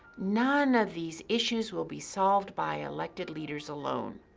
none of these issues will be solved by elected leaders alone.